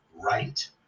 right